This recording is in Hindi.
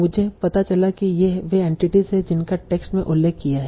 मुझे पता चला कि ये वे एंटिटीस हैं जिनका टेक्स्ट में उल्लेख किया है